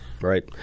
right